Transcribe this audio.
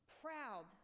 proud